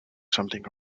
something